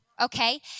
Okay